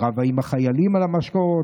היא רבה עם החיילים על המשקאות,